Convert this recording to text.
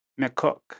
McCook